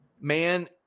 Man